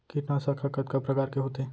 कीटनाशक ह कतका प्रकार के होथे?